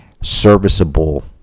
serviceable